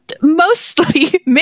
mostly